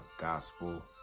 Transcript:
gospel